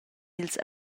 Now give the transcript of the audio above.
ils